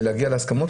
ולהגיע להסכמות.